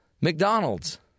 McDonald's